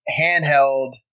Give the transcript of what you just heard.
handheld